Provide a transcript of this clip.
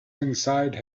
inside